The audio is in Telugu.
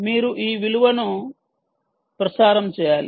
మీరు ఈ విలువను ప్రసారం చేయాలి